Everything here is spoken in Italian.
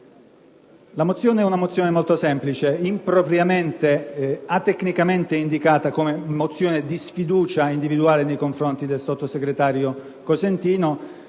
La mozione n. 43 è molto semplice: impropriamente ed atecnicamente, essa è stata indicata come mozione di sfiducia individuale nei confronti del sottosegretario Cosentino.